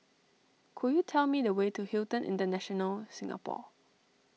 could you tell me the way to Hilton International Singapore